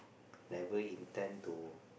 never intend to